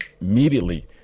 immediately